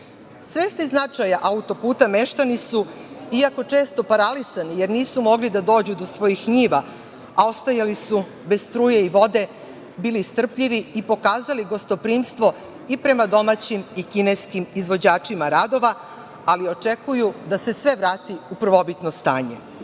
značaja autoputa, meštani su, iako često paralisani jer nisu mogli da dođu do svojih njiva, a ostajali su bez struje i vode, bili strpljivi i pokazali gostoprimstvo i prema domaćim i kineskim izvođačima radova, ali očekuju da se sve vrati u prvobitno stanje. Moje